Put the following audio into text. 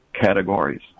categories